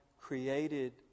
created